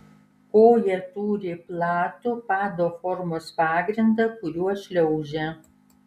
koja turi platų pado formos pagrindą kuriuo šliaužia